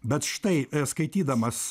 bet štai skaitydamas